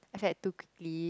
except too quickly